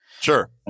Sure